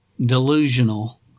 delusional